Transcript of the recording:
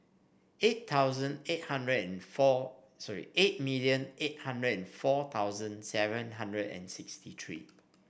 eight thousand eight hundred and four three eight million eight hundred and four thousand seven hundred and sixty three